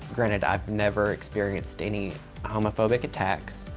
granted, i've never experienced any homophobic attacks,